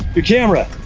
the camera,